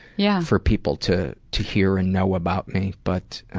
yeah for people to to hear and know about me, but